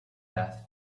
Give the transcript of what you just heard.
death